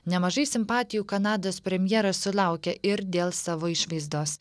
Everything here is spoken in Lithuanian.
nemažai simpatijų kanados premjeras sulaukė ir dėl savo išvaizdos